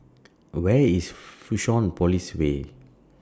Where IS Fusionopolis Way